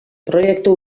proiektu